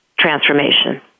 transformation